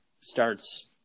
starts